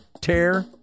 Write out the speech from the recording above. Tear